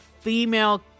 female